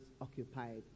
occupied